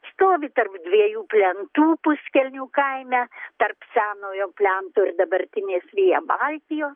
stovi tarp dviejų plentų puskelnių kaime tarp senojo plento ir dabartinės via baltijo